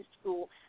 school